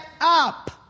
up